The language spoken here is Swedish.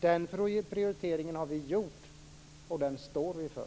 Den prioriteringen har vi gjort, och den står vi för.